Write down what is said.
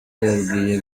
yabwiye